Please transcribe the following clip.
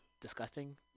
disgusting